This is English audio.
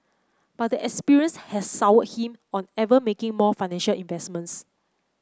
but the experience has soured him on ever making more financial investments